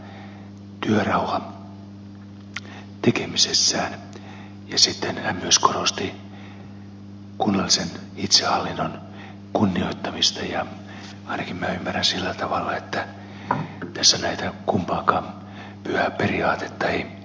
sitten hän myös korosti kunnallisen itsehallinnon kunnioittamista ja ainakin minä ymmärrän sillä tavalla että tässä näitä kumpaakaan pyhää periaatetta ei loukata